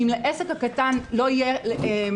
אם העסק הקטן ייסגר,